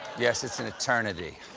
yes, it's an eternity.